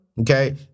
Okay